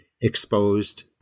exposed